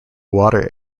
water